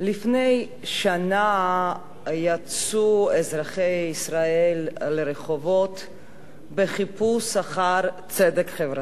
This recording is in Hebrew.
לפני שנה יצאו אזרחי ישראל לרחובות בחיפוש אחר צדק חברתי.